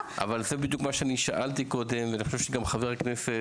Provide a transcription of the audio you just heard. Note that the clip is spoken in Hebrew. --- זה בדיוק מה שאני שאלתי קודם ואני חושב שגזה גם מה שחבר הכנסת